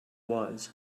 was